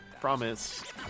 Promise